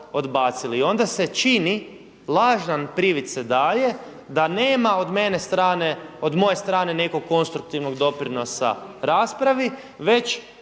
odbacili. I onda se čini, lažan privid se daje da nema od moje strane nekog konstruktivnog doprinosa raspravi već